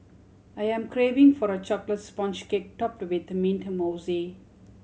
I am craving for a chocolate sponge cake topped with mint mousse